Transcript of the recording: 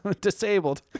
disabled